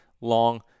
long